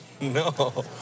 No